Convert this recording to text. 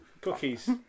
cookies